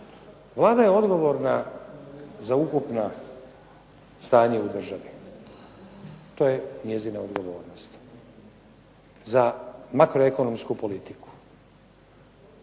Vlada je odgovorna za ukupna stanja u državi. To je njezina odgovornost za makroekonomsku politiku.